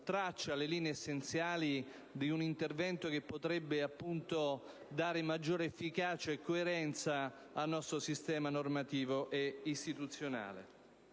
traccia le linee essenziali di una iniziativa che potrebbe dare maggiore efficacia e coerenza al nostro sistema normativo ed istituzionale.